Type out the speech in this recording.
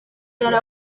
yari